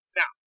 now